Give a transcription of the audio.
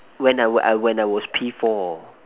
when I were uh when I was P four